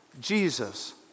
Jesus